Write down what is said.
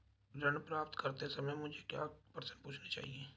ऋण प्राप्त करते समय मुझे क्या प्रश्न पूछने चाहिए?